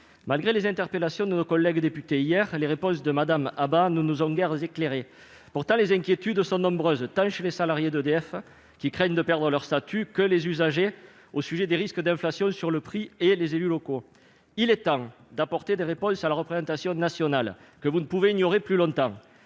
Malgré les interpellations de nos collègues députés, hier, les réponses de Mme Abba ne nous ont guère éclairés. Pourtant, les inquiétudes sont nombreuses, de la part tant des salariés d'EDF, qui craignent de perdre leur statut, que des usagers, du fait du risque d'inflation sur les prix, et des élus locaux. Il est temps d'apporter des réponses à la représentation nationale, que vous ne pouvez ignorer plus longtemps.